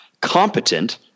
Competent